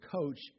coach